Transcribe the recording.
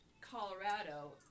Colorado